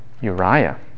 Uriah